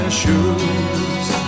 shoes